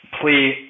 Please